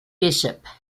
bishop